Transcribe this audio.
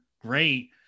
great